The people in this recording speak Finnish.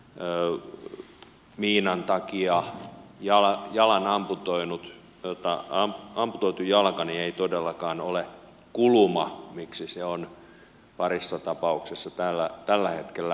tää on niin on kaikkialla jalan jalan amputoinut miinan takia amputoitu jalka ei todellakaan ole kuluma miksi se on parissa tapauksessa tällä hetkellä kirjattu